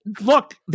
Look